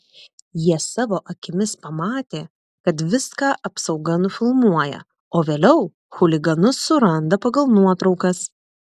jie savo akimis pamatė kad viską apsauga nufilmuoja o vėliau chuliganus suranda pagal nuotraukas